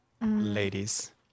Ladies